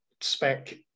spec